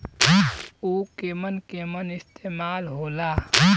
उव केमन केमन इस्तेमाल हो ला?